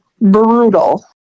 brutal